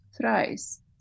thrice